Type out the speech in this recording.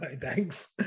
thanks